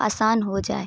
آسان ہو جائے